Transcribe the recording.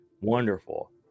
Wonderful